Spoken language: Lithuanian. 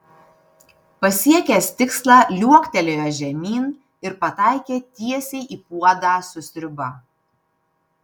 pasiekęs tikslą liuoktelėjo žemyn ir pataikė tiesiai į puodą su sriuba